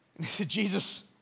Jesus